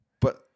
but-